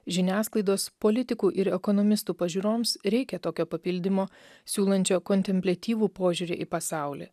žiniasklaidos politikų ir ekonomistų pažiūroms reikia tokio papildymo siūlančio kontempliatyvų požiūrį į pasaulį